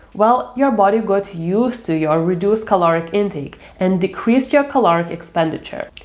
well, your body got used to your reduced caloric intake and decreased your caloric expenditure.